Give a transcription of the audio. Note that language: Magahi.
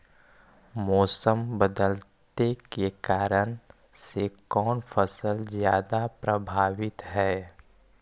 मोसम बदलते के कारन से कोन फसल ज्यादा प्रभाबीत हय?